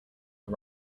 are